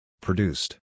Produced